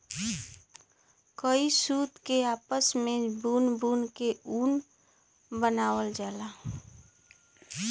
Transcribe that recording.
कई सूत के आपस मे बुन बुन के ऊन बनावल जाला